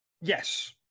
Yes